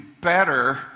better